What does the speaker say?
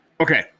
Okay